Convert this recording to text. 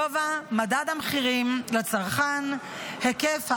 גובה מדד המחירים לצרכן, היקף האבטלה,